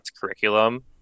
curriculum